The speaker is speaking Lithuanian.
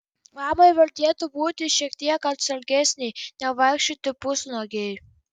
mamai vertėtų būti šiek tiek atsargesnei nevaikščioti pusnuogei